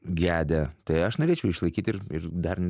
gedę tai aš norėčiau išlaikyt ir ir dar